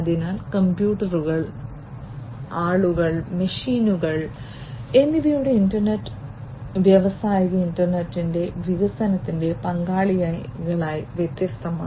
അതിനാൽ കമ്പ്യൂട്ടറുകൾ ആളുകൾ മെഷീനുകൾ എന്നിവയുടെ ഇന്റർനെറ്റ് വ്യാവസായിക ഇന്റർനെറ്റിന്റെ വികസനത്തിൽ പങ്കാളികളായി വ്യത്യസ്തമാണ്